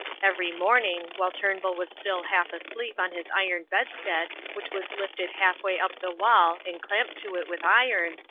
every morning, while turnbull was still half asleep on his iron bedstead which was lifted half-way up the wall and clamped to it with iron,